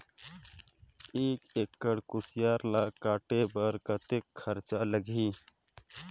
एक एकड़ कुसियार ल काटे बर कतेक खरचा लगही?